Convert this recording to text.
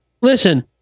listen